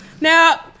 Now